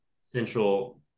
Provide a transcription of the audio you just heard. Central